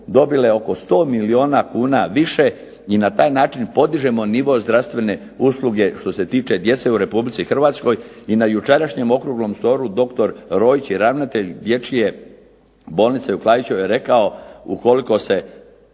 dobile oko sto milijuna kuna više i na taj način podižemo nivo zdravstvene usluge što se tiče djece u Republici Hrvatskoj. I na jučerašnjem okruglom stolu doktor Roić i ravnatelj Dječje bolnice u Klaićevoj je rekao ukoliko se